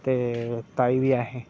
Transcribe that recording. ते ताई बी ऐ हे